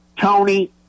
Tony